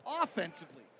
offensively